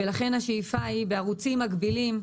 השאיפה היא בערוצים מקבילים.